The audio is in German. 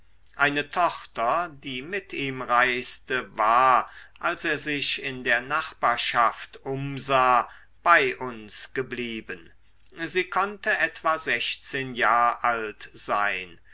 eine tochter die mit ihm reiste war als er sich in der nachbarschaft umsah bei uns geblieben sie konnte etwa sechzehn jahr alt sein